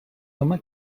home